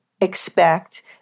expect